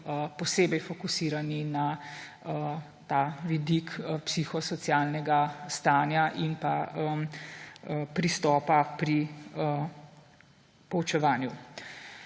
posebej fokusirani na ta vidik psihosocialnega stanja in pa pristopa pri poučevanju.